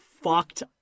fucked